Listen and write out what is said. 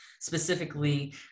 Specifically